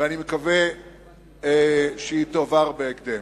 אני מקווה שהיא תועבר בהקדם.